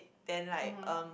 then like um